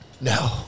No